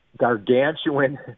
gargantuan